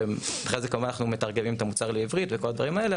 אחרי זה כמובן אנחנו מתרגמים את המוצר לעברית וכל הדברים האלה,